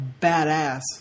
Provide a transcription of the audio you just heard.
badass